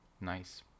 Nice